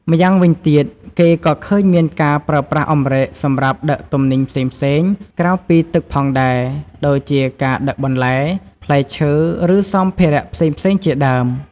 ម្យ៉ាងវិញទៀត គេក៏ឃើញមានការប្រើប្រាស់អម្រែកសម្រាប់ដឹកទំនិញផ្សេងៗក្រៅពីទឹកផងដែរ ដូចជាការដឹកបន្លែ ផ្លែឈើ ឬសម្ភារៈផ្សេងៗជាដើម។